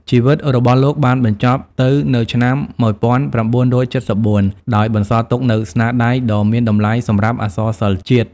ជីវិតរបស់លោកបានបញ្ចប់ទៅនៅឆ្នាំ ១៩៧៤ ដោយបន្សល់ទុកនូវស្នាដៃដ៏មានតម្លៃសម្រាប់អក្សរសិល្ប៍ជាតិ។